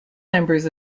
members